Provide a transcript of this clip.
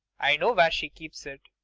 i know where she keeps it.